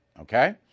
Okay